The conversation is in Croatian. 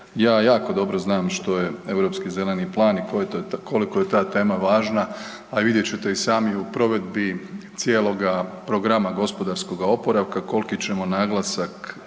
Ja jako dobro znam što je Europski zeleni plan i koliko je ta tema važna, a vidjet ćete i sami u provedbi cijeloga programa gospodarskog oporavka koliki ćemo naglasak